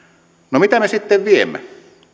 no mitä me sitten viemme